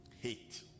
Hate